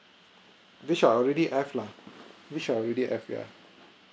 they shall already have lah they shall already have yeah